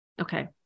Okay